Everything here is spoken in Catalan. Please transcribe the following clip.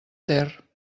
ter